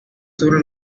sobre